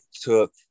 took